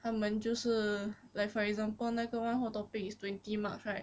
他们就是 like for example 那个 one whole topic is twenty marks right